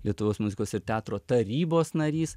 lietuvos muzikos ir teatro tarybos narys